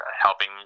helping